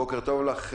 אנחנו כבר מכירים.